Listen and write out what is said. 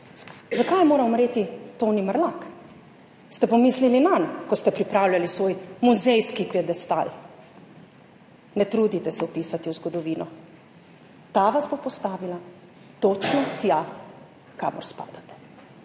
zakaj je moral umreti Toni Mrlak. Ste pomislili nanj, ko ste pripravljali svoj muzejski piedestal? Ne trudite se vpisati v zgodovino, ta vas bo postavila točno tja, kamor spadate.